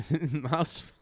Mouse